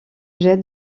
jette